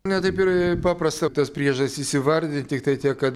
ne taip ir paprasta tas priežastis įvardint tiktai tiek kad